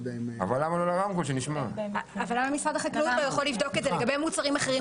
למה משרד החקלאות לא יכול לבדוק את זה לגבי מוצרים אחרים?